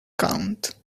count